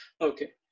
Okay